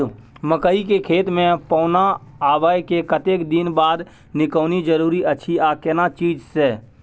मकई के खेत मे पौना आबय के कतेक दिन बाद निकौनी जरूरी अछि आ केना चीज से?